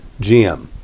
GM